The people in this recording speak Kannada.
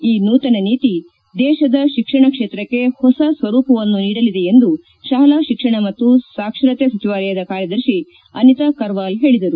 ಈ ನೂತನ ನೀತಿ ದೇಶದ ಶಿಕ್ಷಣ ಕ್ಷೇತ್ರಕ್ಷೆ ಹೊಸ ಸ್ತರೂಪವನ್ನು ನೀಡಲಿದೆ ಎಂದು ಶಾಲಾ ಶಿಕ್ಷಣ ಮತ್ತು ಸಾಕ್ಷರತೆ ಸಚಿವಾಲಯದ ಕಾರ್ಯದರ್ತಿ ಅನಿತಾ ಕರ್ವಾಲ್ ಹೇಳಿದರು